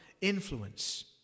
influence